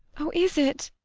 oh, is it?